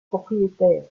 propriétaire